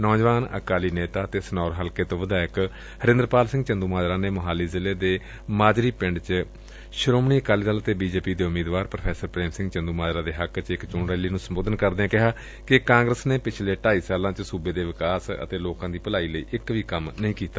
ਨੌਜਵਾਨ ਅਕਾਲੀ ਨੇਤਾ ਅਤੇ ਸਨੌਰ ਹਲਕੇ ਤੋ ਵਿਧਾਇਕ ਹਰਿੰਦਰਪਾਲ ਸਿੰਘ ਚੰਦੂਮਾਜਰਾ ਨੇ ਮੋਹਾਲੀ ਜ਼ਿਲ੍ਰੇ ਦੇ ਮਾਜਰੀ ਚ ਸ੍ਰੋਮਣੀ ਅਕਾਲੀ ਅਤੇ ਬੀਜੇਪੀ ਦੇ ਉਮੀਦਵਾਰ ਪ੍ਰੋ ਪ੍ਰੇਮ ਸਿੰਘ ਚੰਦੁਮਾਜਰਾ ਦੇ ਹੱਕ ਚ ਇਕ ਚੋਣ ਰੈਲੀ ਨੂੰ ਸੰਬੋਧਨ ਕਰਦਿਆਂ ਕਿਹਾ ਕਿ ਕਾਂਗਰਸ ਨੇ ਪਿਛਲੇ ਢਾਈ ਸਾਲਾਂ ਵਿਚ ਸੁਬੇ ਦੇ ਵਿਕਾਸ ਅਤੇ ਲੋਕਾ ਦੀ ਭਲਾਈ ਲਈ ਇਕ ਵੀ ਕੰਮ ਨਹੀ ਕੀਤਾ